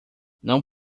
não